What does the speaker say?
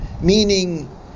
meaning